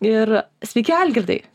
ir sveiki algirdai